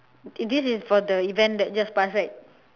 thi~ this is for the event that just passed right